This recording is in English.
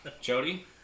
Jody